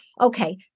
okay